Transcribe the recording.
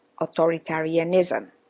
authoritarianism